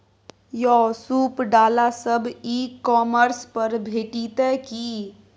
यौ सूप डाला सब ई कॉमर्स पर भेटितै की?